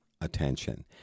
attention